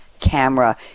camera